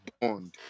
bond